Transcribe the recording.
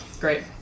Great